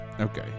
Okay